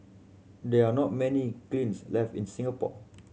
there are not many kilns left in Singapore